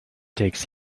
takes